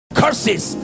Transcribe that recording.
curses